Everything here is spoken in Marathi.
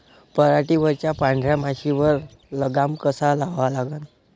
पराटीवरच्या पांढऱ्या माशीवर लगाम कसा लावा लागन?